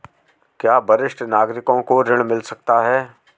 क्या वरिष्ठ नागरिकों को ऋण मिल सकता है?